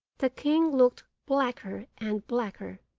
the king looked blacker and blacker,